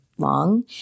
long